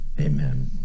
Amen